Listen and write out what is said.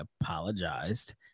apologized